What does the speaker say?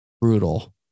brutal